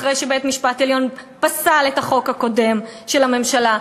אחרי שבית-המשפט העליון פסל את החוק הקודם של הממשלה,